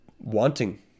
wanting